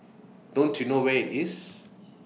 don't you know where IT is